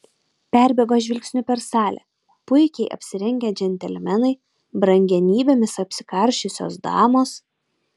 perbėgo žvilgsniu per salę puikiai apsirengę džentelmenai brangenybėmis apsikarsčiusios damos